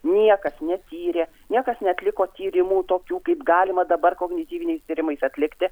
niekas netyrė niekas neatliko tyrimų tokių kaip galima dabar kognityviniais tyrimais atlikti